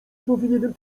powinienem